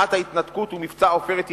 ועד ההתנתקות ומבצע "עופרת יצוקה"